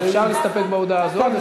אתה לא חושב, שאפשר להסתפק בהודעה הזאת?